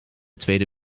tweede